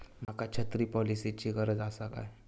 माका छत्री पॉलिसिची गरज आसा काय?